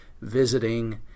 visiting